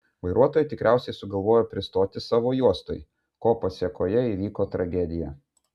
vairuotoja tikriausiai sugalvojo pristoti savo juostoj ko pasėkoje įvyko tragedija